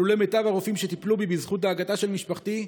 ולולא מיטב הרופאים שטיפלו בי בזכות דאגתה של משפחתי,